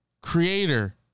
Creator